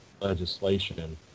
legislation